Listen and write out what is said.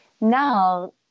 Now